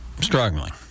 struggling